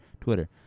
Twitter